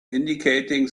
indicating